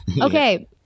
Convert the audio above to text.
Okay